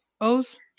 o's